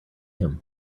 him